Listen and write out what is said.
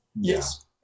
Yes